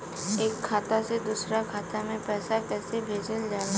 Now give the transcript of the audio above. एक खाता से दूसरा खाता में पैसा कइसे भेजल जाला?